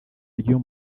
ry’uyu